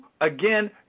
again